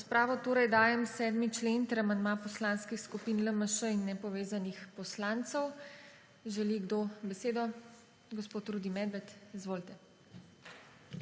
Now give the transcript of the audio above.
V razpravo torej dajem 7. člen ter amandma Poslanskih skupin LMŠ in Nepovezanih poslancev. Želi kdo besedo? (Da.) Gospod Rudi Medved, izvolite.